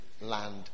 land